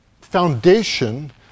foundation